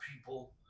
people